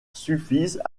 suffisent